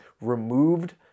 removed